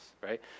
right